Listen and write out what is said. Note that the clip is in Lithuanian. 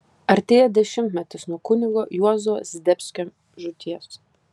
artėja dešimtmetis nuo kunigo juozo zdebskio žūties